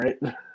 right